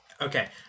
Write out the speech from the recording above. Okay